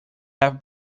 half